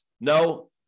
No